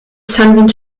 san